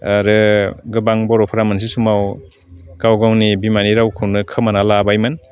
आरो गोबां बर'फ्रा मोनसे समाव गावगावनि बिमानि रावखौनो खोमाना लाबायमोन